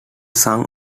sung